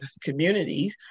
community